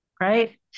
Right